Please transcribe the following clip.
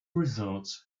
results